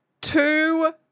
two